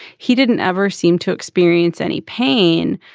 he didn't ever seem to experience any pain.